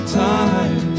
time